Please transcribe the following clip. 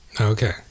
Okay